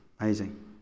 Amazing